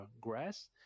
grass